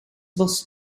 was